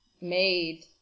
made